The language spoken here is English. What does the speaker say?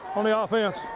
on the ah offense.